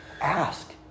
Ask